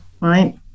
right